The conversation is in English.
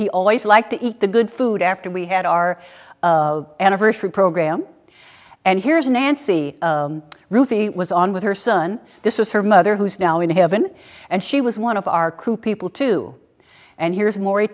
he always like to eat the good food after we had our anniversary program and here's nancy ruthie was on with her son this was her mother who is now in heaven and she was one of our crew people too and here's maury